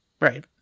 right